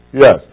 Yes